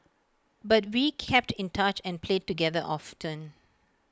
but we kept in touch and played together often